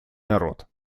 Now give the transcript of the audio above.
народ